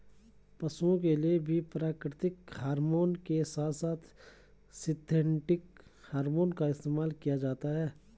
पशुओं के लिए भी प्राकृतिक हॉरमोन के साथ साथ सिंथेटिक हॉरमोन का इस्तेमाल किया जाता है